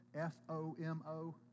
F-O-M-O